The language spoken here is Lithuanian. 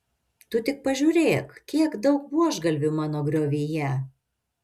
tu tik pažiūrėk kiek daug buožgalvių mano griovyje